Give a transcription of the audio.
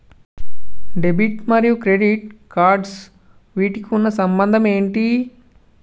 Debit మరియు credit cards వీటికి ఉన్న సంబంధం ఏంటి?